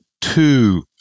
two